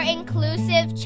Inclusive